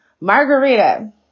margarita